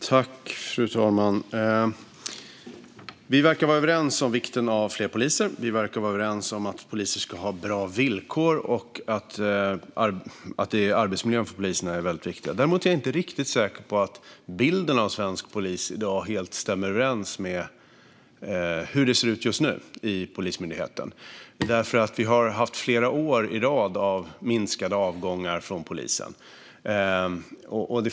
Fru talman! Vi verkar vara överens om vikten av fler poliser, att poliser ska ha bra villkor och att arbetsmiljön för polisen är väldigt viktig. Däremot är jag inte riktigt säker på att den bild som ges av svensk polis i dag helt stämmer överens med hur det ser ut just nu i Polismyndigheten. Vi har flera år i rad haft minskade avgångar från polisen.